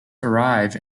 arrive